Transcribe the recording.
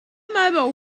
mobile